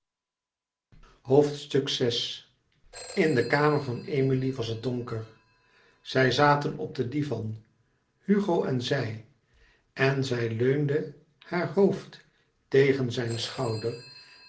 in de kamer van emilie was het donker zij zaten op den divan hugo en zij en zij leunde haar hoofd tegen zijn schouder